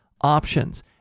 options